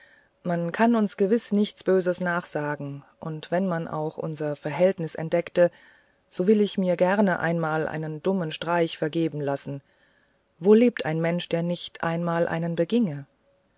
man kann uns gewiß nichts böses nachsagen und wenn man auch unser verhältnis entdeckte so will ich mir gerne einmal einen dummen streich vergeben lassen wo lebt ein mensch der nicht einmal einen beginge